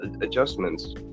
adjustments